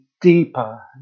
deeper